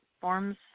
forms